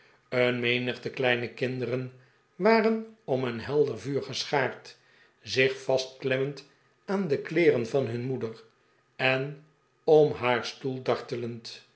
een menigte kleine kirideren waren om een helder vuur geschaard zich vastklemmend aan de kleeren van hun moeder en om haar stoel dartelend